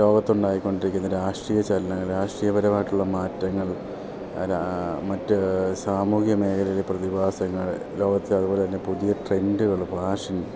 ലോകത്തുണ്ടായിക്കൊണ്ടിരിക്കുന്ന രാഷ്ട്രീയ ചലനങ്ങൾ രാഷ്ട്രീയപരമായിട്ടുള്ള മാറ്റങ്ങൾ അരാ മറ്റ് സാമൂഹ്യ മേഖലയിലെ പ്രതിഭാസങ്ങൾ ലോകത്ത് അതുപോലെ പുതിയ ട്രെൻഡുകൾ ഫാഷൻ